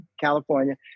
California